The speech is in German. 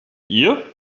ihr